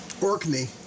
Orkney